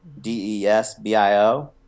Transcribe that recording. D-E-S-B-I-O